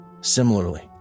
similarly